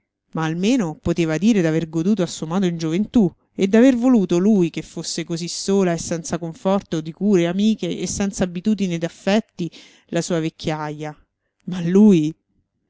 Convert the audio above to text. ma almeno poteva dire d'aver goduto a suo modo in gioventù e d'aver voluto lui che fosse così sola e senza conforto di cure amiche e senz'abitudine d'affetti la sua vecchiaja ma lui